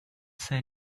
say